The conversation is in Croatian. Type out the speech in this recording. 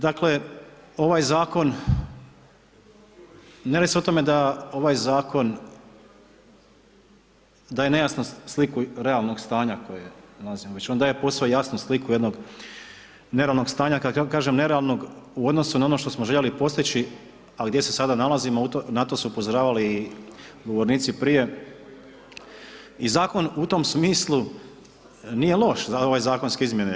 Dakle, ovaj zakon, ne radi se o tome da ovaj zakon daje nejasnu sliku realnog stanja koje nalazimo već, on daje posve jasnu sliku jednog neravnog stanja kad kažem neravnog u odnosno na ono što smo željeli postići, a gdje se sada nalazimo na to su upozoravali i govornici prije i zakon u tom smislu nije loš, ove zakonske izmjene.